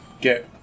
get